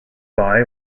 bai